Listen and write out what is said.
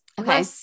Okay